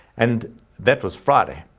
and that was friday.